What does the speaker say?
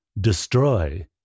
destroy